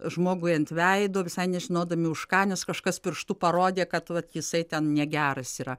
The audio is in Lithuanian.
žmogui ant veido visai nežinodami už ką nes kažkas pirštu parodė kad vat jisai ten negeras yra